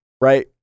right